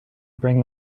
bring